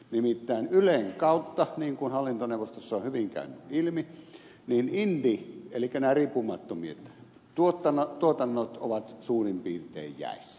nimittäin ylen kautta niin kuin hallintoneuvostossa on hyvin käynyt ilmi indie eli riippumattomien tuotannot ovat suurin piirtein jäissä